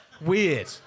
Weird